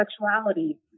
sexuality